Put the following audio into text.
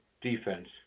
defense